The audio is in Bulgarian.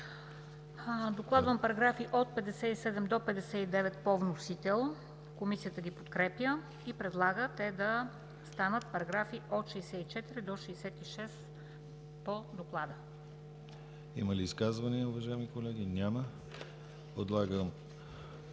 Докладвам параграфи от 57 до 59 по вносител, Комисията ги подкрепя и предлага те да станат параграфи от 64 до 66 по доклада. ПРЕДСЕДАТЕЛ ДИМИТЪР ГЛАВЧЕВ: Има ли изказвания, уважаеми колеги? Няма.